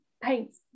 paints